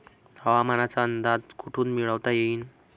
हवामानाचा अंदाज कोठून मिळवता येईन?